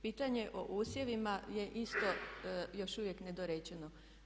Pitanje o usjevima je isto još uvijek nedorečeno.